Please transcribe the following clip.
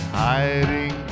hiding